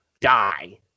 die